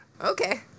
okay